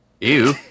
Ew